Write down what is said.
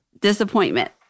Disappointment